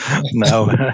No